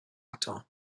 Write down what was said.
ato